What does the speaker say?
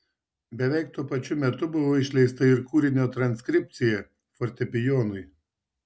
beveik tuo pačiu metu buvo išleista ir kūrinio transkripcija fortepijonui